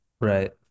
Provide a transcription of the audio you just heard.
right